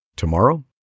Tomorrow